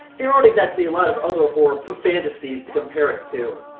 there aren't exactly a lot of other horror phantasies to compare it to.